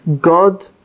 God